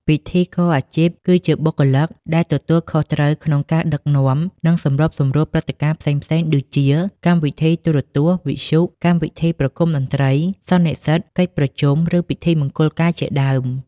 ពិធីករអាជីព គឺជាបុគ្គលដែលទទួលខុសត្រូវក្នុងការដឹកនាំ និងសម្របសម្រួលព្រឹត្តិការណ៍ផ្សេងៗដូចជា កម្មវិធីទូរទស្សន៍ វិទ្យុ កម្មវិធីប្រគំតន្ត្រី សន្និសីទ កិច្ចប្រជុំ ឬពិធីមង្គលការជាដើម។